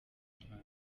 impanga